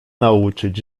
nauczyć